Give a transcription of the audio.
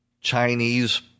Chinese